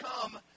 come